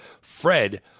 Fred